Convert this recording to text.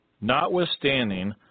Notwithstanding